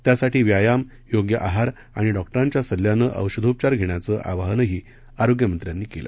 त्यासाठी व्यायाम योग्य आहार आणि डॉक्टरांघ्या सल्ल्यानं औषधोपचार घेण्याचं आवाहनही आरोग्यमंत्र्यांनी केलं